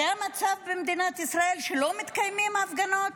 זה המצב במדינת ישראל, שלא מתקיימות הפגנות?